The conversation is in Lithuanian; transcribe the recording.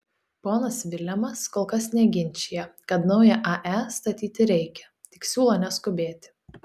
ponas vilemas kol kas neginčija kad naują ae statyti reikia tik siūlo neskubėti